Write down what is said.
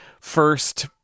first